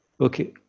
Okay